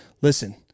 Listen